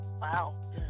Wow